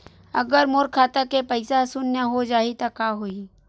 अगर मोर खाता के पईसा ह शून्य हो जाही त का होही?